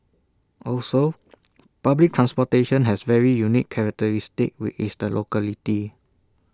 also public transportation has very unique characteristics which is the locality